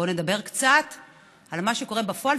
בואו נדבר קצת על מה שקורה בפועל.